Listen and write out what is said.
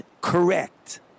correct